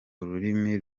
urumuri